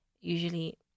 usually